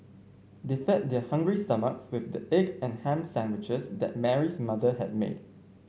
they fed their hungry stomachs with the egg and ham sandwiches that Mary's mother had made